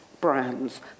brands